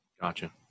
Gotcha